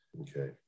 Okay